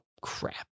crap